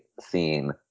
scene